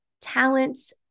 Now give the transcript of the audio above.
talents